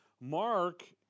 Mark